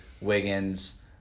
Wiggins